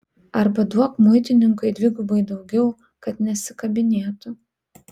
arba duok muitininkui dvigubai daugiau kad nesikabinėtų